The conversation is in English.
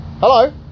Hello